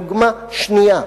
דוגמה שנייה: